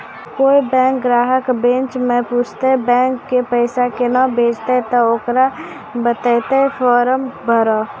कोय बैंक ग्राहक बेंच माई पुछते की बैंक मे पेसा केना भेजेते ते ओकरा बताइबै फॉर्म भरो